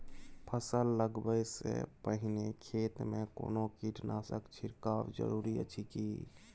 फसल लगबै से पहिने खेत मे कोनो कीटनासक छिरकाव जरूरी अछि की?